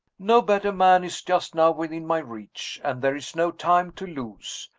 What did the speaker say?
no better man is just now within my reach and there is no time to lose.